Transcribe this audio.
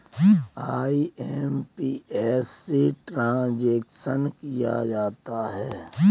IMPS से transaction किया जाता है